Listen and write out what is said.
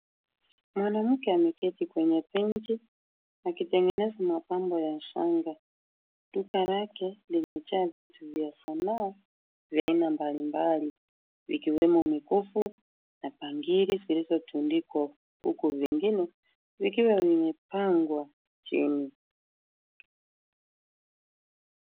Mwanamke ameketi kwenye benchi akitengeneza mapambo ya shanga. Duka lake limejaa vitu vya Sanaa vya aina mbalimbali vikiwemo bangili zilizotundikwa huku vingine vikiwa vimepangwa chini.